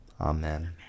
Amen